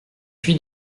fui